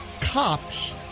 cops